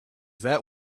that